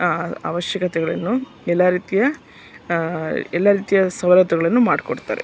ಅ ಅವಶ್ಯಕತೆಗಳನ್ನು ಎಲ್ಲ ರೀತಿಯ ಎಲ್ಲ ರೀತಿಯ ಸವಲತ್ತುಗಳನ್ನು ಮಾಡ್ಕೊಡ್ತಾರೆ